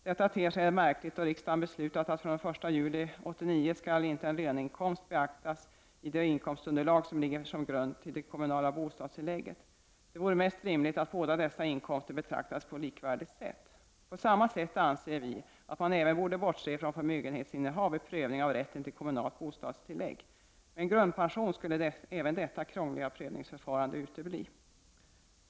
Detta ter sig märkligt då riksdagen beslutat att en löneinkomst från den 1 juli 1989 inte skall beaktas i det inkomstunderlag som ligger som grund till det kommunala bostadstillägget. Det vore mest rimligt att båda dessa inkomster betraktades på likvärdigt sätt. På samma sätt anser vi att man även borde bortse från förmögenhetinnehav vid prövning av rätten till kommunalt bostadstillägg. Med en grundpension skulle även detta krångliga prövningsförfarande undvikas.